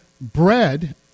bread